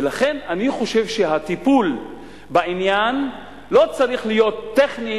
ולכן אני חושב הטיפול בעניין לא צריך להיות טכני,